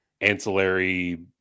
ancillary